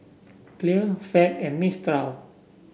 Clear Fab and Mistral